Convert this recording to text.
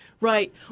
Right